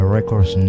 Records